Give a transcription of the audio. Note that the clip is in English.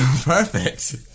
Perfect